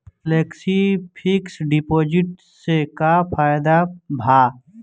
Flexi fixed deposit से का फायदा भा?